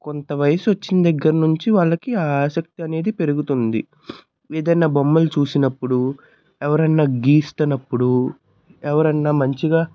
కొంత వయస్సు వచ్చిన దగ్గరనుంచి వాళ్ళకి ఆ ఆసక్తి అనేది పెరుగుతుంది ఏదన్నా బొమ్మలను చూసినప్పుడు ఎవరన్నా గీస్తున్నప్పుడు ఎవరన్నా మంచిగా